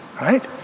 Right